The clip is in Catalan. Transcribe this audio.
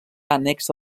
annexa